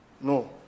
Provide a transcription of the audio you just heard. No